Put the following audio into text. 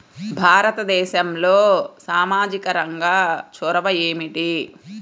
భారతదేశంలో సామాజిక రంగ చొరవ ఏమిటి?